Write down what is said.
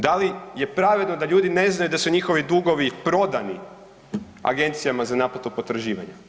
Da li je pravedno da ljudi ne znaju da su njihovi dugovi prodani Agencijama za naplatu potraživanja?